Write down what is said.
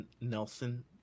Nelson